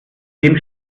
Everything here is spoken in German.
dem